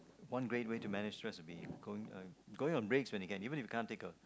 one great way to manage stress will be going on going on breaks when you can even if you can't take a